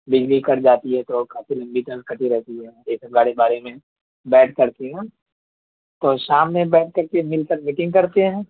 بجلی کٹ جاتی ہے تو کافی تک کٹی رہتی ہے ایک بار اس بارے میں بیٹھ کرکے نا تو شام میں بیٹھ کرکے مل کر میٹنگ کرتے ہیں